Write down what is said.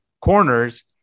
corners